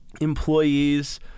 employees